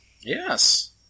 Yes